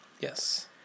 Yes